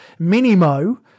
minimo